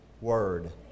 Word